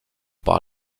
par